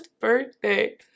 birthday